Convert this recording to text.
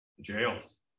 jails